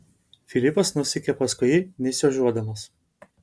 filipas nusekė paskui jį nesiožiuodamas